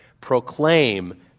proclaim